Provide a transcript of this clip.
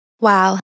Wow